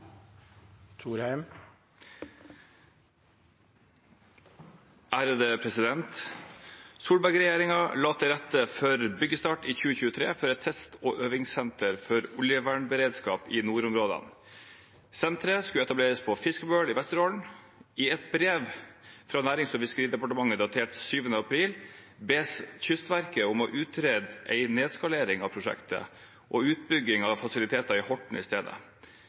øvingssenter for oljevernberedskap i nordområdene. Senteret skulle etableres på Fiskebøl i Vesterålen. I et brev fra Nærings- og fiskeridepartementet datert 7. april bes Kystverket utrede en nedskalering av prosjektet og utbygging av testfasiliteter i Horten i stedet.